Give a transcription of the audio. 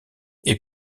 est